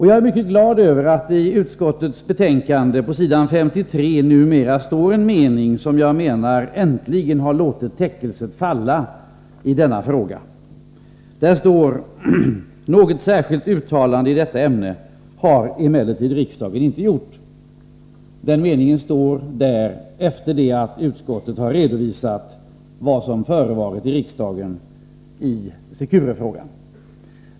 Jag är mycket glad över att det i utskottsbetänkandet på s. 53 står en mening med den innebörden att man äntligen har låtit täckelset falla i denna fråga: ”Något särskilt uttalande i detta ämne har emellertid riksdagen inte gjort.” Den meningen står i betänkandet efter det att utskottet har redovisat vad som förevarit i riksdagen i Securefrågan.